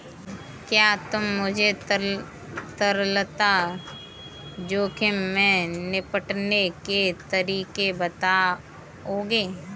क्या तुम मुझे तरलता जोखिम से निपटने के तरीके बताओगे?